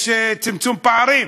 יש צמצום פערים.